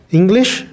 English